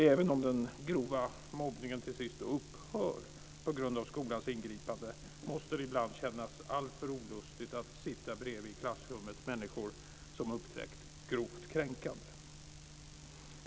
Även om den grova mobbningen till sist upphör på grund av skolans ingripande, måste det ibland kännas alltför olustigt att i klassrummet sitta bredvid människor som uppträtt grovt kränkande.